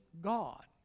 God